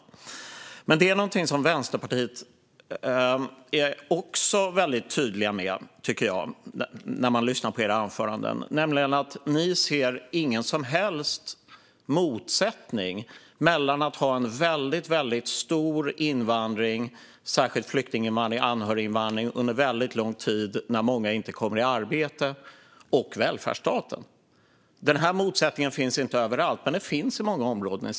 Men det finns även någonting annat som ni i Vänsterpartiet är väldigt tydliga med i era anföranden, tycker jag, nämligen att ni inte ser någon som helst motsättning mellan att ha en väldigt stor invandring, särskilt flyktinginvandring och anhöriginvandring under väldigt lång tid när många inte kommer i arbete, och att ha en välfärdsstat. Den här motsättningen finns inte överallt i Sverige, men den finns i många områden.